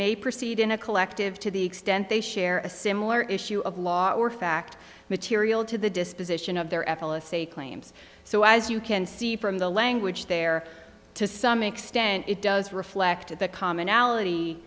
may proceed in a collective to the extent they share a similar issue of law or fact material to the disposition of their f l a say claims so as you can see from the language there to some extent it does reflect the commonality